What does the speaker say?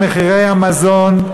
מחירי המזון,